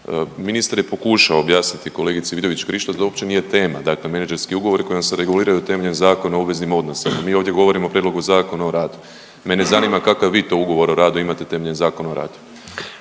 Ministar je pokušao objasniti kolegici Vidović Krišto da uopće nije tema dakle menadžerski ugovori koji se reguliraju temeljem Zakona o obveznim odnosima, mi ovdje govorimo o prijedlogu Zakona o radu. mene zanima kakav vi to ugovor o radu imate temeljem Zakona o radu?